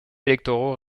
électoraux